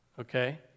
Okay